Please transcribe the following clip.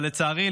אבל לצערי,